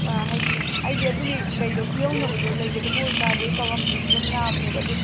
ꯍꯥꯏꯗꯤ ꯑꯩꯗꯤ ꯑꯗꯨꯒꯤ ꯀꯩꯗꯣ ꯈꯨꯌꯧꯅꯕꯗꯣ ꯂꯩꯒꯗꯕ ꯑꯣꯏꯇꯥꯔꯗꯤ ꯑꯩ ꯇꯧꯔꯝꯗ꯭ꯔꯁꯨ ꯑꯗꯨꯝ ꯌꯥꯕꯅꯦꯕ ꯑꯗꯨ